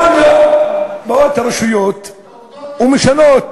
בכל יום באות הרשויות ומשנות,